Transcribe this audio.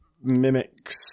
mimics